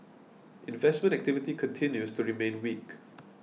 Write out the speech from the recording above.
investment activity continues to remain weak